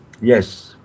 yes